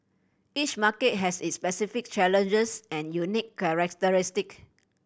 each market has its specific challenges and unique characteristic